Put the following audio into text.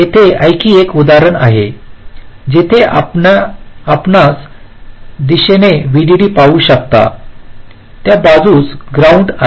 तर इथे आणखी एक उदाहरण आहे जिथे आपण या दिशेने व्हीडीडी पाहू शकता या बाजूने ग्राउंड